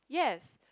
yes